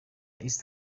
east